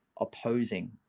opposing